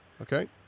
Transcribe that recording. Okay